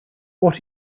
what